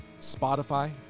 Spotify